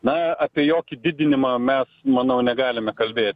na apie jokį didinimą mes manau negalime kalbėt